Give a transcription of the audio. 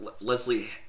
Leslie